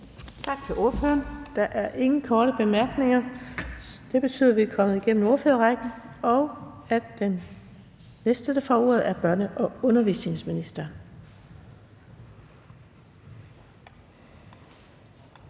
Tak til ordføreren. Der er ingen korte bemærkninger. Det betyder, at vi er kommet igennem ordførerrækken, og at den næste, der får ordet, er børne- og undervisningsministeren.